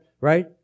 right